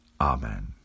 Amen